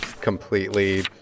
completely